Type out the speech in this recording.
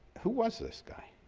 who was this guy?